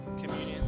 communion